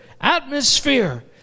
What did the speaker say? atmosphere